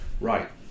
Right